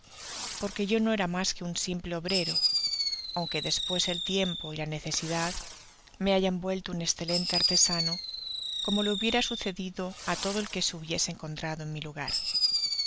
porque yo no era mas que un simple obrero aunque despues el tiempo y la necesidad me hayan vuelto un escelente artesano como le hubiera sucedido á todo el que se hubiese encontrado en mi lugar